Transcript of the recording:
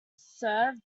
serve